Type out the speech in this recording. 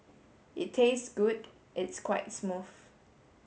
it tastes good it's quite smooth